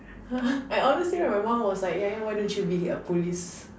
!huh! I honestly right my mom was like ya ya why don't you be a police